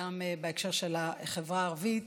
גם בהקשר של החברה הערבית,